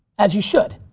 as you should,